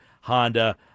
Honda